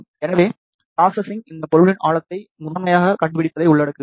எனவே ப்ரோஸஸ்சிங் இந்த பொருளின் ஆழத்தை முதன்மையாகக் கண்டுபிடிப்பதை உள்ளடக்குகிறது